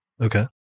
Okay